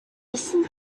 listen